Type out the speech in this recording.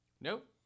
Nope